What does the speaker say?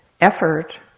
effort